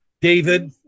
David